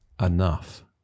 Enough